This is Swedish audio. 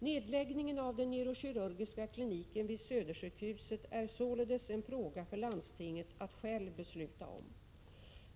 Nedläggningen av den neurokirurgiska kliniken vid Södersjukhuset är således en fråga för landstinget att självt besluta om.